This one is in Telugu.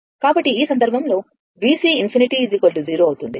కాబట్టి ఈ సందర్భంలో VC∞ 0 అవుతుంది